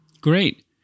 Great